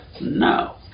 no